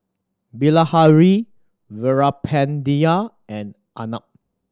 Bilahari Veerapandiya and Arnab